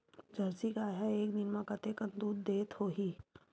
Jersey गाय ह एक दिन म कतेकन दूध देत होही?